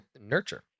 nurture